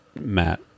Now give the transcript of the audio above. Matt